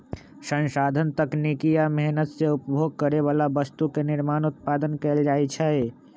संसाधन तकनीकी आ मेहनत से उपभोग करे बला वस्तु के निर्माण उत्पादन कएल जाइ छइ